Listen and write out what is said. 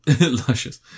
Luscious